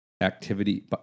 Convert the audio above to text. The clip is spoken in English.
activity